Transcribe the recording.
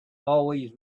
always